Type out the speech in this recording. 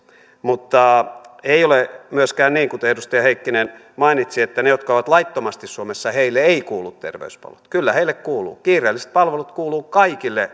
mutta ei ole myöskään niin kuten edustaja heikkinen mainitsi että niille jotka ovat laittomasti suomessa ei kuulu terveyspalveluita kyllä heille kuuluu kiireelliset palvelut kuuluvat kaikille